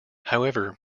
however